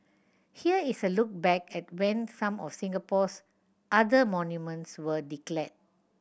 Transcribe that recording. here is a look back at when some of Singapore's other monuments were declared